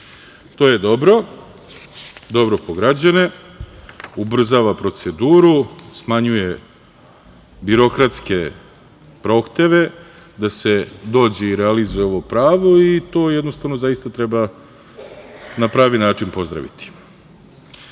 To je dobro, dobro po građane, ubrzava proceduru, smanjuje birokratske prohteve da se dođe i realizuje ovo pravo i to, jednostavno, zaista treba na pravi način pozdraviti. Korisno